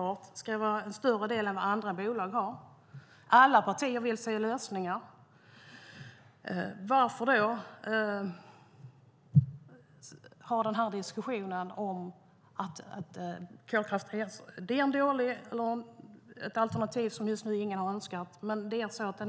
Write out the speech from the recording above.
Vattenfall ska ha en större del investeringar i förnybar energi än andra bolag. Alla partier vill se lösningar. Varför har då denna diskussion om kolkraft uppstått? Kolkraft är ett dåligt alternativ som ingen just nu har önskat, men den är en del.